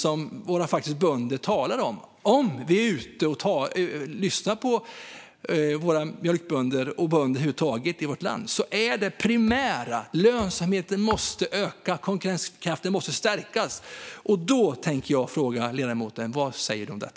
Om vi över huvud taget är ute i vårt land och lyssnar på våra mjölkbönder och bönder hör vi att det primära är att lönsamheten måste öka och att konkurrenskraften måste stärkas. Vad säger ledamoten om det?